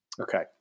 Okay